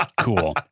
Cool